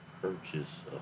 purchase